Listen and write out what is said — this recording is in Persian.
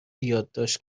یادداشت